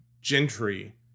Gentry